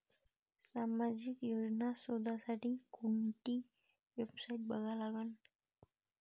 सामाजिक योजना शोधासाठी कोंती वेबसाईट बघा लागन?